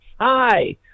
hi